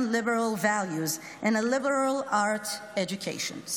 liberal values and a liberal arts education.